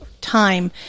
time